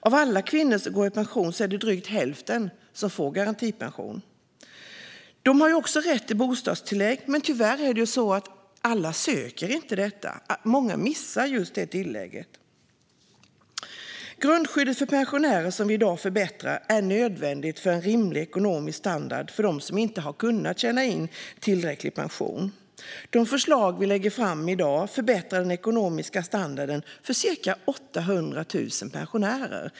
Av alla kvinnor som går i pension är det drygt hälften som får garantipension. De har också rätt till bostadstillägg, men tyvärr är det inte alla som söker det. Många missar just det tillägget. Grundskyddet för pensionärer som vi i dag förbättrar är nödvändigt för en rimlig ekonomisk standard för dem som inte kunnat tjäna in en tillräcklig pension. De förslag vi lägger fram i dag förbättrar den ekonomiska standarden för ca 800 000 pensionärer.